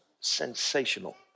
sensational